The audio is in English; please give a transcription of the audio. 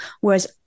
whereas